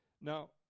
Now